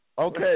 Okay